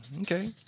Okay